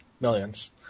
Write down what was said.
Millions